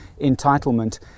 entitlement